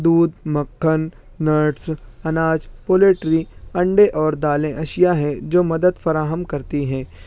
دودھ مکھن نویٹس اناج پولیٹری انڈے اور دالیں اشیا ہیں جو مدد فراہم کرتی ہیں